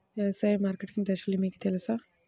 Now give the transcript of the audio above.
వ్యవసాయ మార్కెటింగ్ దశలు మీకు తెలుసా?